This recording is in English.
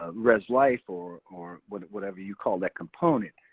ah res life, or or whatever you call that component,